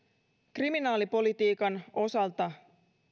kriminaalipolitiikan osalta